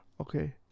Okay